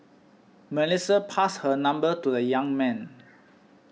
Melissa passed her number to the young man